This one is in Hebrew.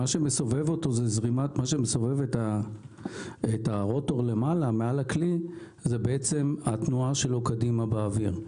מה שמסובב את הרוטור למעלה מעל הכלי זה בעצם התנועה שלו קדימה באוויר.